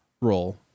role